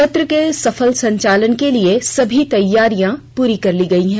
सत्र के सफल संचालन के लिए सभी तैयारियां प्ररी कर ली गयी है